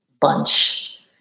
bunch